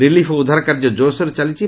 relief ଓ ଉଦ୍ଧାର କାର୍ଯ୍ୟ କୋର୍ସୋର୍ରେ ଚାଲିଛି